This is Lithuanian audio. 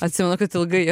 atsimenu kad ilgai ją